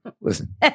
listen